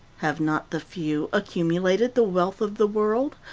have not the few accumulated the wealth of the world?